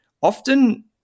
often